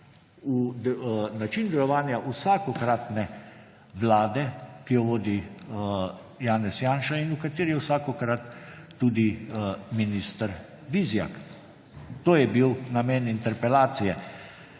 v način delovanja vsakokratne vlade, ki jo vodi Janez Janša in v kateri je vsakokrat tudi minister Vizjak. To je bil namen interpelacije.